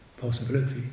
possibility